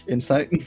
Insight